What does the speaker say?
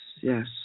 Yes